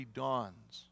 dawns